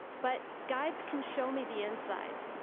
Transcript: but guides can show me the inside.